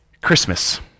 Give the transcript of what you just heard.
Christmas